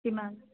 কিমান